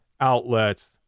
outlets